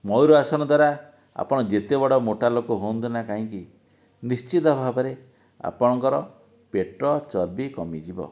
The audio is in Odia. ମୟୂରାସନ ଦ୍ଵାରା ଆପଣ ଯେତେ ବଡ଼ ମୋଟା ଲୋକ ହୁଅନ୍ତୁନା କାହିଁକି ନିଶ୍ଚିତ ଭାବରେ ଆପଣଙ୍କର ପେଟ ଚର୍ବି କମିଯିବ